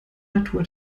natur